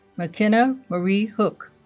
mckenna marie hook